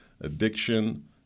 addiction